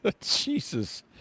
Jesus